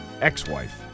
Ex-wife